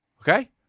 Okay